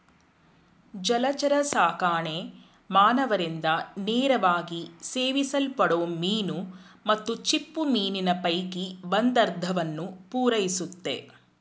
ಜಲಚರಸಾಕಣೆ ಮಾನವರಿಂದ ನೇರವಾಗಿ ಸೇವಿಸಲ್ಪಡೋ ಮೀನು ಮತ್ತು ಚಿಪ್ಪುಮೀನಿನ ಪೈಕಿ ಒಂದರ್ಧವನ್ನು ಪೂರೈಸುತ್ತೆ